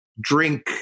drink